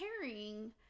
carrying